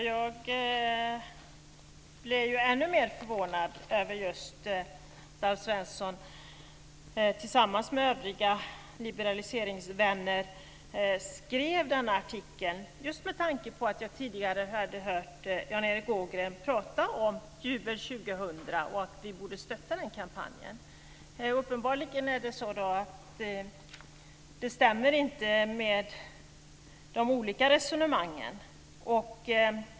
Fru talman! Jag blev ännu mer förvånad över att Alf Svensson tillsammans med övriga liberaliseringsvänner skrev denna artikel, just med tanke på att jag tidigare hade hört Jan Erik Ågren prata om Jubel 2000 och att vi borde stötta den kampanjen. Uppenbarligen stämmer inte de olika resonemangen.